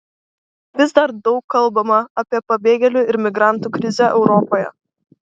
vis dar daug kalbama apie pabėgėlių ir migrantų krizę europoje